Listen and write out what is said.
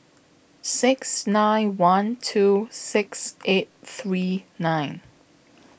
six nine one two six eight three nine